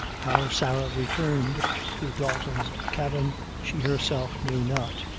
how sarah returned to dalton's cabin she herself knew not.